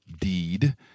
deed